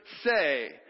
say